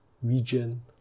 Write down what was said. region